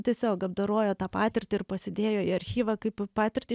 tiesiog apdorojo tą patirtį ir pasidėjo į archyvą kaip patirtį